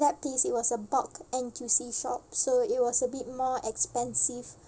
that place it was a bulk N_T_U_C shop so it was a bit more expensive